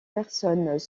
personnes